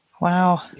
Wow